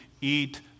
eat